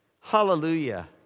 Hallelujah